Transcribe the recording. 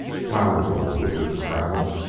flour gold was in this gravel,